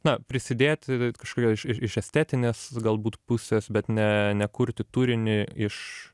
na prisidėti kažkokia iš iš estetinės galbūt pusės bet ne ne kurti turinį iš